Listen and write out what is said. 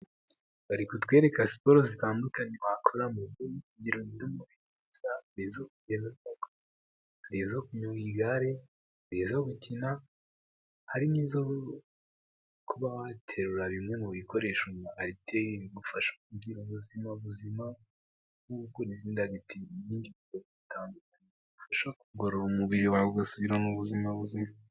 Ariko kutwereka siporo zitandukanye wakoramo kugirango mu bizo hari izo kunyanga igare ziza gukina hari n'izo kuba waterura bimwe mu bikoresho arti bigufasha kugira ubuzima buzima nk' izdagiti ufasha kugorora umubiri wawe ugasubira mu buzima buzira.